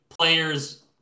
players